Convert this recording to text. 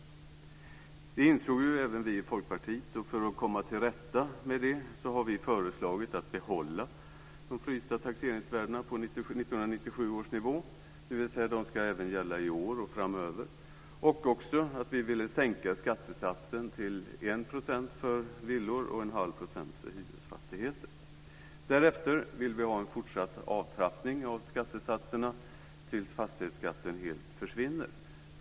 Det ansåg även vi i Folkpartiet, och för att komma till rätta med det har vi föreslagit att behålla de frysta taxeringsvärdena på 1997 års nivå, dvs. att de ska även gälla i år och framöver, och sänka skattesatsen till 1 % för villor och 1⁄2 % för hyresfastigheter. Därefter vill vi ha en fortsatt avtrappning av skattesatserna tills fastighetsskatten helt försvinner.